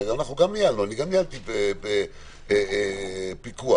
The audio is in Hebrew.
אני גם ניהלתי פיקוח